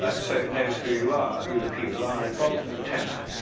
ah so it knows who you are, who the people are involved in the test.